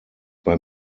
bei